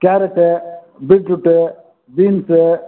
carrot beetroot beans